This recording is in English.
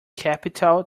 capital